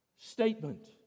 statement